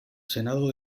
senado